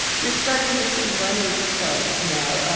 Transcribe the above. you're starting to see runners clubs now.